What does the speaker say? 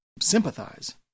sympathize